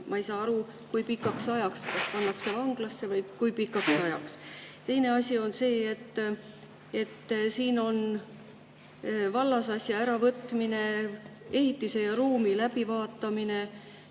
ma ei saa aru, kui pikaks ajaks. Kas pannakse vanglasse ja kui pikaks ajaks. Teine asi on see, et siin on vallasasja äravõtmine, ehitise ja ruumi läbivaatamine,